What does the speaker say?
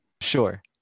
Sure